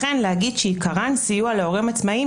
לכן להגיד שעיקרן סיוע להורים עצמאיים,